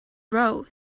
row